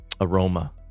Aroma